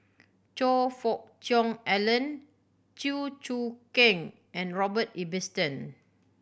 Choe Fook Cheong Alan Chew Choo Keng and Robert Ibbetson